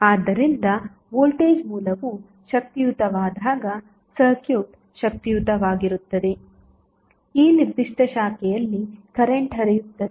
ಆದ್ದರಿಂದ ವೋಲ್ಟೇಜ್ ಮೂಲವು ಶಕ್ತಿಯುತವಾದಾಗ ಸರ್ಕ್ಯೂಟ್ ಶಕ್ತಿಯುತವಾಗಿರುತ್ತದೆ ಈ ನಿರ್ದಿಷ್ಟ ಶಾಖೆಯಲ್ಲಿ ಕರೆಂಟ್ ಹರಿಯುತ್ತದೆ